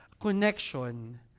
connection